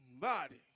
body